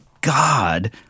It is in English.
God